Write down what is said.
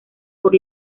por